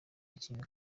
akinga